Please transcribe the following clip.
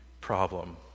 problem